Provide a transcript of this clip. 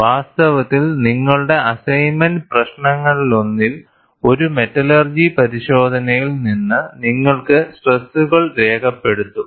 വാസ്തവത്തിൽ നിങ്ങളുടെ അസൈൻമെന്റ് പ്രശ്നങ്ങളിലൊന്നിൽ ഒരു മെറ്റലർജി പരിശോധനയിൽ നിന്ന് നിങ്ങൾക്ക് സ്ട്രൈക്കുകൾ രേഖപ്പെടുത്തും